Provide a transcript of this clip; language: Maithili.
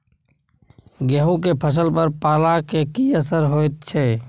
गेहूं के फसल पर पाला के की असर होयत छै?